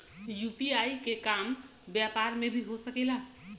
UPI के काम व्यापार में भी हो सके ला?